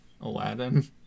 Aladdin